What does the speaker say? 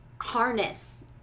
harness